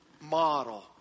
model